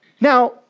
now